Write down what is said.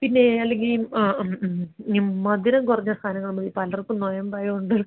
പിന്നെ അല്ലെങ്കിൽ ആ മ് മ് നിം മധുരം കുറഞ്ഞ സാധനങ്ങൾ നമ്മൾ പലർക്കും നൊയമ്പായോണ്ട്